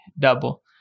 double